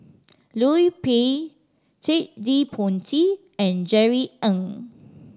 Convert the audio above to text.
Liu Peihe Ted De Ponti and Jerry Ng